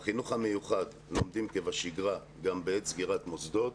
בחינוך המיוחד לומדים כבשגרה גם בעת סגירת מוסדות.